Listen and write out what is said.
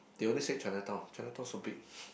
they only say Chinatown Chinatown so big